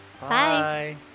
Bye